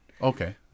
Okay